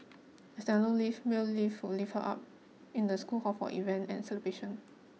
as there are no lift male lift would lift her up in the school hall for event and celebration